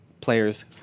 players